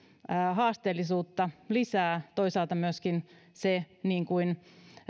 haasteellisuutta lisää toisaalta myöskin se niin kuin